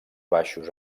baixos